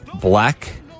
Black